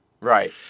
Right